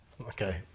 Okay